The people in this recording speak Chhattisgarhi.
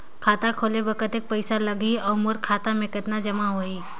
खाता खोले बर कतेक पइसा लगही? अउ मोर खाता मे कतका जमा होही?